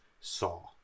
Saw